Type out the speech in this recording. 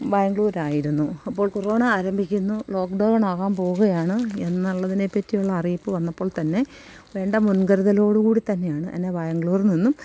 ബാംഗ്ലൂരായിരുന്നു അപ്പോൾ കൊറോണ ആരംഭിക്കുന്നു lockdown ആകാൻ പോകുകയാണ് എന്നുള്ളതിനെപ്പറ്റിയുള്ള അറിയിപ്പ് വന്നപ്പോൾ തന്നെ വേണ്ട മുൻകരുതലോടുകൂടി തന്നെയാണ് എന്നെ ബാംഗ്ലൂരില്നിന്നും